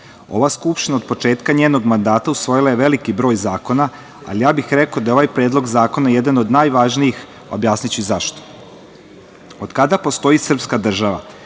Skupština od početka njenog mandata usvojila je veliki broj zakona, ali ja bih rekao da je ovaj predlog zakona jedan od najvažnijih, a objasniću i zašto. Od kada postoji srpska država,